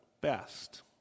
best